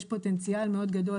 יש פוטנציאל גדול מאוד,